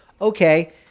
okay